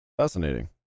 Fascinating